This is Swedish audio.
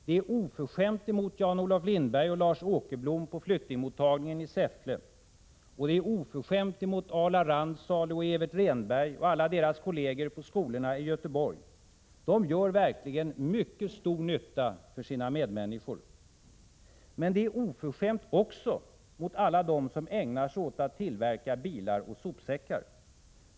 Det är oförskämt mot Jan-Olov Lindberg och Lars Åkerblom på flyktingmottagningen i Säffle och oförskämt mot Alar Randsalu, Evert Rehnberg och alla deras kolleger på skolorna i Göteborg. De gör verkligen mycket stor nytta för sina medmänniskor. Men det är oförskämt också mot alla dem som ägnar sig åt att tillverka bilar och sopsäckar.